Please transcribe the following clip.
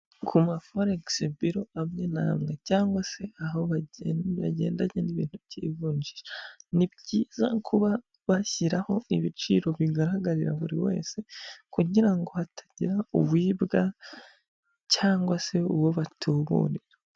Ku ma foregisi biro amwe n'amwe cyangwa se aho bagendanye n'ibintu by'ivunjisha. Ni byiza kuba bashyiraho ibiciro bigaragarira buri wese, kugira ngo hatagira uwibwa cyangwa se uwo batuburira.